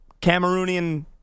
Cameroonian